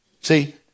See